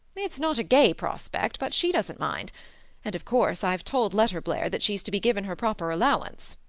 it's not a gay prospect, but she doesn't mind and of course i've told letterblair that she's to be given her proper allowance.